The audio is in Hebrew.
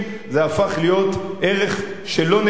זה הפך להיות ערך שלא נחשב,